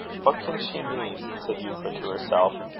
what can she mean? said euphra to herself.